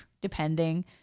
depending